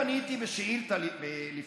יעבור: עבודה זרה, גילוי עריות ושפיכות דמים.